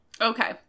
Okay